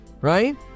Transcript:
Right